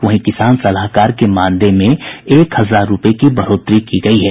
वहीं किसान सलाहकार के मानदेय में एक हजार रूपये की बढ़ोतरी की गई है